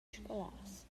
scolars